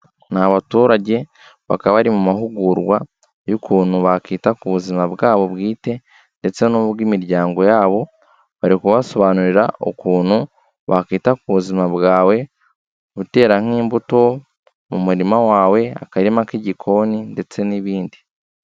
Ni abaturage bakaba bari mu mahugurwa y'ukuntu bakita ku buzima bwabo bwite ndetse n'ubw'imiryango yabo, bari kubasobanurira ukuntu wakwita ku buzima bwawe, utera nk'imbuto mu murima wawe akarima k'igikoni ndetse n'ibindi.